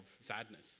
sadness